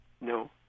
No